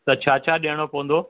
त छा छा ॾियणो पवंदो